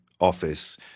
office